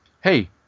hey